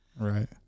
Right